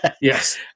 Yes